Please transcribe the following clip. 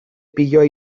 piloa